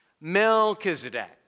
Melchizedek